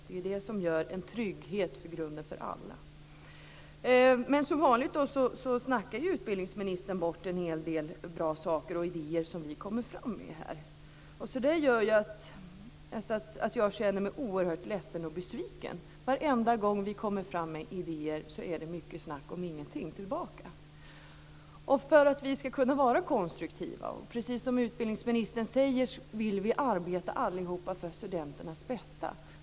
Det är det som ger en trygghet i grunden för alla. Som vanligt snackar utbildningsministern bort en hel del bra saker och idéer som vi kommer fram med. Det gör att jag känner mig oerhört ledsen och besviken. Varenda gång vi kommer fram med idéer är det mycket snack om ingenting tillbaka. Precis som utbildningsministern vill vi alla arbeta för studenternas bästa.